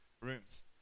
rooms